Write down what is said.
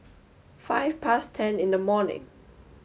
five past ten in the morning